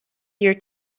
year